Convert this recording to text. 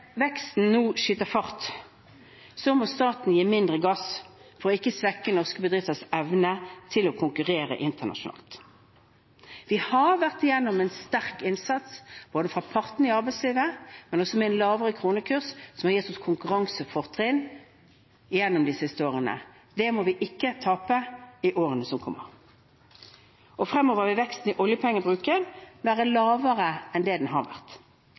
veksten nå skyter fart, må staten gi mindre gass for ikke å svekke norske bedrifters evne til å konkurrere internasjonalt. Vi har vært igjennom en sterk innsats fra partene i arbeidslivet, og vi har hatt en lavere kronekurs, som har gitt oss konkurransefortrinn gjennom de siste årene. Det må vi ikke tape i årene som kommer. Fremover vil veksten i oljepengebruken være lavere enn det den har vært.